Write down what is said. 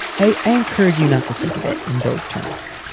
i encourage you not to think of it in those terms.